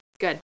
good